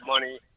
money